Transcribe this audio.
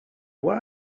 why